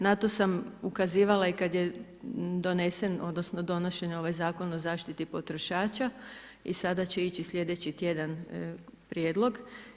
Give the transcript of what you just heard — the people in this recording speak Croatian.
Na to sam ukazivala i kad je donesen, odnosno donošen ovaj Zakon o zaštiti potrošača i sada će ići sljedeći tjedan prijedlog.